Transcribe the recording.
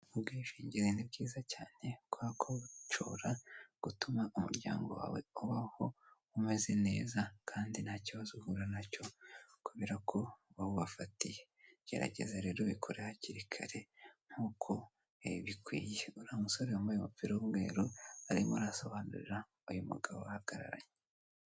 Ubwishingizi ni bwiza cyane kuberako bushobora gutuma umuryango wawe ubahoho umeze neza kandi ntaki kibazo uhura nacyo kubera ko wawubafatiye gerageza rero ubikore hakiri kare nkuko ya bikwiye ura musore wambaye umupira w'umweru arimo arasobanurira uyu mugabo ahagararanye.